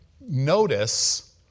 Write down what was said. notice